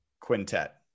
quintet